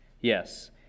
Yes